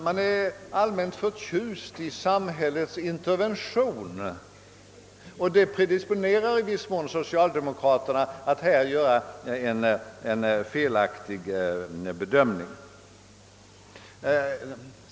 Man är allmänt förtjust i samhällets intervention, och detta predisponerar i viss mån socialdemokraterna att göra en felaktig bedömning.